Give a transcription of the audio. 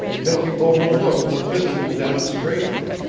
that you overlooked the physical demonstration.